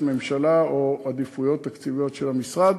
הממשלה או העדיפויות התקציביות של המשרד.